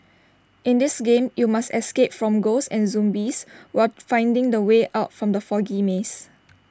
in this game you must escape from ghosts and zombies while finding the way out from the foggy maze